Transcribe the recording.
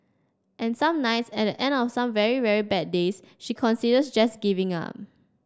and some nights at the end of some very very bad days she considers just giving up